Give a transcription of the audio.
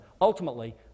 Ultimately